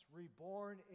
reborn